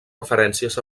referències